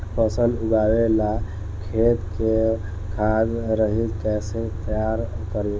फसल उगवे ला खेत के खाद रहित कैसे तैयार करी?